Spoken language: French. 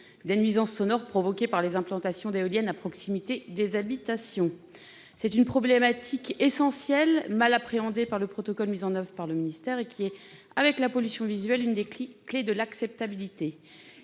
des nuisances sonores provoquées par les implantations d'éoliennes à proximité des habitations. Cette problématique essentielle est mal appréhendée par le protocole mis en oeuvre par le ministère. Avec la pollution visuelle, il s'agit pourtant de l'une des clés de l'acceptabilité.